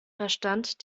verstand